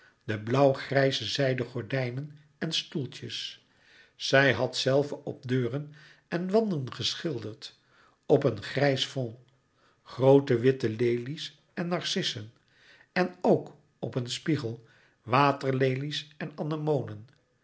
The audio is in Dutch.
de blauw grijze zijden gordijnen en stoeltjes zij had zelve op deuren en wan den geschilderd op een grijs fond groote witte lelies en narcissen en ook op een spiegel waterlelies en